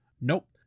Nope